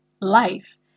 life